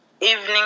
evening